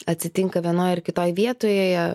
atsitinka vienoj ar kitoj vietoje